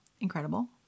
incredible